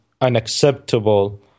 unacceptable